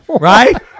Right